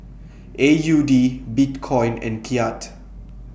A U D Bitcoin and Kyat